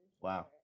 wow